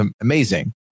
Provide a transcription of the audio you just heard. amazing